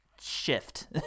shift